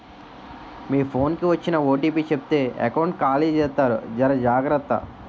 మీ phone కి వచ్చిన OTP చెప్తే ఎకౌంట్ ఖాళీ జెత్తారు జర జాగ్రత్త